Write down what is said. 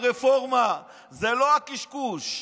אין פה ויכוח על רפורמה, זה לא הקשקוש.